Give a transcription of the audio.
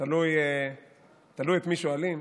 תלוי את מי שואלים,